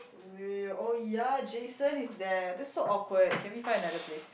oh ya Jason is there that's so awkward can we find another place